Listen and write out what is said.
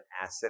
asset